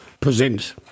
Present